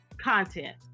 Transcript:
content